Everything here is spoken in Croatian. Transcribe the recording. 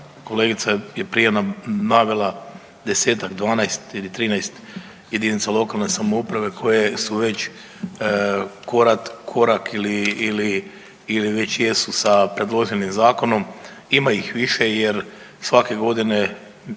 kolegica je prije navela 10-tak, 12 ili 13 JLS koje su već korak ili, ili, ili već jesu sa predloženim zakonom. Ima ih više jer svake godine